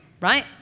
right